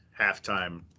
halftime